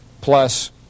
plus